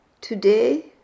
Today